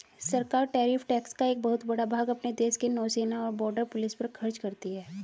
सरकार tariff tax का एक बहुत बड़ा भाग अपने देश के नौसेना और बॉर्डर पुलिस पर खर्च करती हैं